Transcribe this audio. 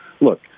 look